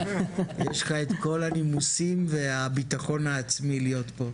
יש לך את כל הנימוסים והביטחון העצמי להיות פה.